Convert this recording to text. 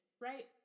Right